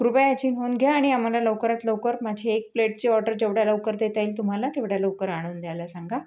कृपया ह्याची नोंद घ्या आणि आम्हाला लवकरात लवकर माझी एक प्लेटची ऑर्डर जेवढ्या लवकर देता येईल तुम्हाला तेवढ्या लवकर आणून द्यायला सांगा